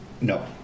No